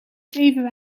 even